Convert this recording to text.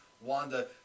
Wanda